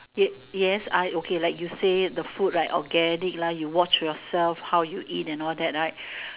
ya yes I okay like you say the food right organic lah you watch yourself how you eat and all that right